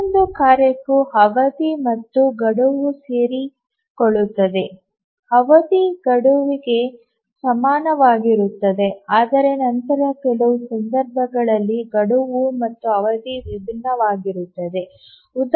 ಪ್ರತಿಯೊಂದು ಕಾರ್ಯಕ್ಕೂ ಅವಧಿ ಮತ್ತು ಗಡುವು ಸೇರಿಕೊಳ್ಳುತ್ತದೆ ಅವಧಿ ಗಡುವಿಗೆ ಸಮಾನವಾಗಿರುತ್ತದೆ ಆದರೆ ನಂತರ ಕೆಲವು ಸಂದರ್ಭಗಳಲ್ಲಿ ಗಡುವು ಮತ್ತು ಅವಧಿ ವಿಭಿನ್ನವಾಗಿರುತ್ತದೆ